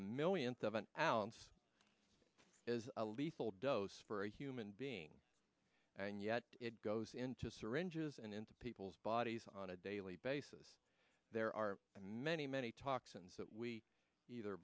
a millionth of an ounce is a lethal dose for a human being and yet it goes into syringes and into people's bodies on a daily basis there are many many toxins that we either